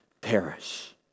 perish